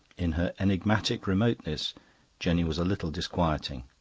in her enigmatic remoteness jenny was a little disquieting.